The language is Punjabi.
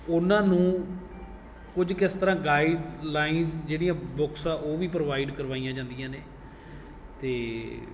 ਉਹਨਾਂ ਨੂੰ ਕੁਝ ਕੁ ਇਸ ਤਰ੍ਹਾਂ ਗਾਈਡ ਲਾਈਨਸ ਜਿਹੜੀਆਂ ਬੁੱਕਸ ਆ ਉਹ ਵੀ ਪ੍ਰੋਵਾਈਡ ਕਰਵਾਈਆਂ ਜਾਂਦੀਆਂ ਨੇ ਅਤੇ